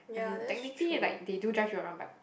I mean technically like they do drive you around but